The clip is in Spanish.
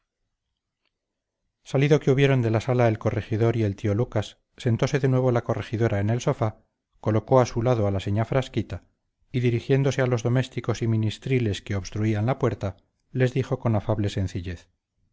salido que hubieron de la sala el corregidor y el tío lucas sentóse de nuevo la corregidora en el sofá colocó a su lado a la señá frasquita y dirigiéndose a los domésticos y ministriles que obstruían la puerta les dijo con afable sencillez